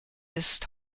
ist